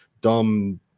dumb